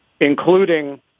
including